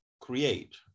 create